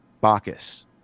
Bacchus